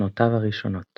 שנותיו הראשונות